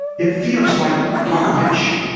it feels like garbage,